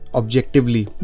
objectively